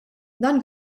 dan